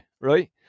right